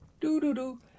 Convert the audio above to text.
Do-do-do